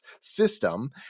system